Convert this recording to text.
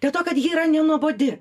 dėl to kad ji yra nenuobodi